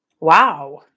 Wow